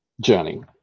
journey